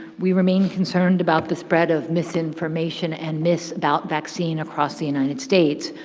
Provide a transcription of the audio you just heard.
we remain concerned about the spread of misinformation and misdoubt vaccine across the united states,